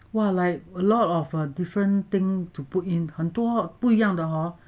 like a lot of a different thing to put in 很多不一样的 hor